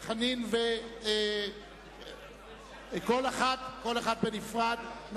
על כל אחת נצביע בנפרד.